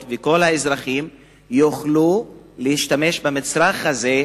וכל האזרחים יוכלו להשתמש במצרך הזה,